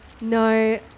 no